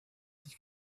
die